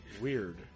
weird